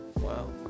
wow